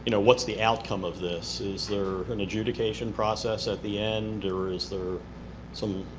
you know what's the outcome of this? is there an adjudication process at the end, or is there some